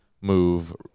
move